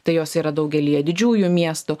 tai jos yra daugelyje didžiųjų miestų